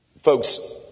folks